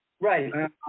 right